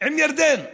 עם ירדן?